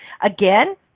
Again